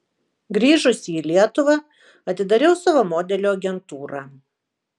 grįžusi į lietuvą atidariau savo modelių agentūrą